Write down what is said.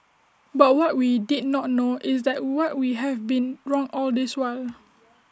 but what we did not know is that what we have been wrong all this while